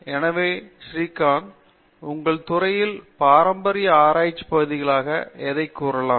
எனவே ஸ்ரீகாந்த் உங்கள் துறையிலும் பாரம்பரிய ஆராய்ச்சி பகுதிகளாக எதை கூறலாம்